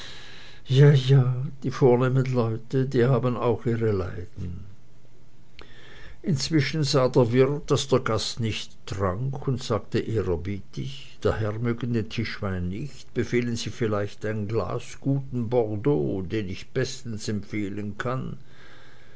ja ja die vornehmen leute haben auch ihre leiden inzwischen sah der wirt daß der gast nicht trank und sagte ehrerbietig der herr mögen den tischwein nicht befehlen sie vielleicht ein glas guten bordeaux den ich bestens empfehlen kann